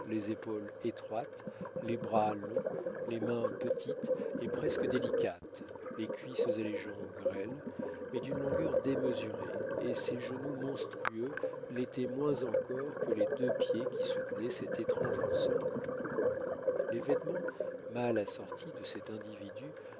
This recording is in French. les épaules étroites les bras longs les mains petites et presque délicates les cuisses et les jambes grêles mais d'une longueur démesurée et ses genoux monstrueux l'étaient moins encore que les deux pieds qui soutenaient cet étrange ensemble les vêtements mal assortis de cet individu